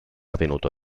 avvenuto